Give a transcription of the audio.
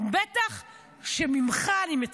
בטח שממך אני מצפה.